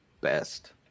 best